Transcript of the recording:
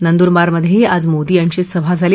नंदुरबारमध्तीआज मोदी यांची सभा झाली